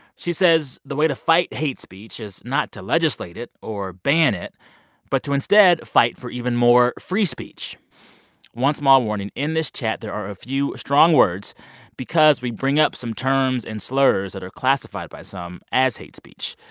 she says the way to fight hate speech is not to legislate it or ban it but to instead fight for even more free speech one small warning in this chat, there are a few strong words because we bring up some terms and slurs that are classified by some as hate speech.